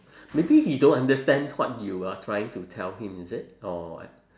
maybe he don't understand what you are trying to tell him is it or what